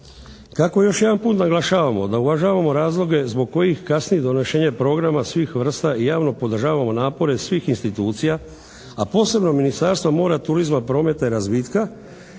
Kako još jedan put naglašavamo da uvažamo razloge zbog kojih kasni donošenje Programa svih vrsta i javno podržavamo napore svih institucija, a posebno Ministarstva mora, turizma, prometa i razvitka